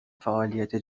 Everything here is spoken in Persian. فعالیت